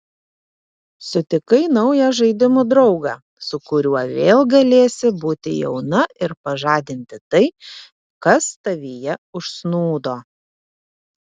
sutikai naują žaidimų draugą su kuriuo vėl galėsi būti jauna ir pažadinti tai kas tavyje užsnūdo